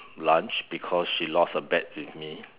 lunch because she lost a bet with me